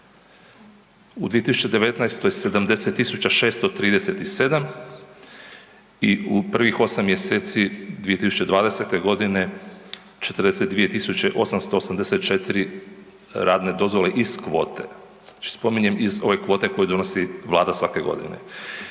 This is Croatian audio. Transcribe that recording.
u 2019. 70.637 i u prvih osam mjeseci 2020. godine 42.884 radne dozvole iz kvote, znači spominjem iz ove kvote koje donosi Vlada svake godine.